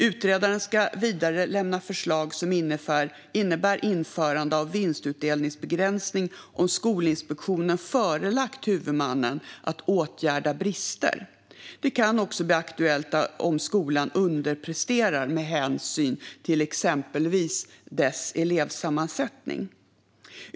Utredaren ska vidare lämna förslag som innebär införande av vinstutdelningsbegränsning om Skolinspektionen förelagt huvudmannen att åtgärda brister. Det kan också bli aktuellt om skolan underpresterar med hänsyn till exempelvis dess elevsammansättning.